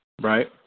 Right